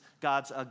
God's